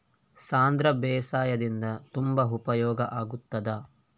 ಸಾಂಧ್ರ ಬೇಸಾಯದಿಂದ ತುಂಬಾ ಉಪಯೋಗ ಆಗುತ್ತದಾ?